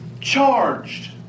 charged